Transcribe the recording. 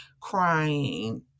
crying